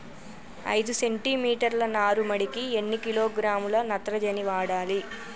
ఐదు సెంటి మీటర్ల నారుమడికి ఎన్ని కిలోగ్రాముల నత్రజని వాడాలి?